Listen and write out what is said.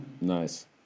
Nice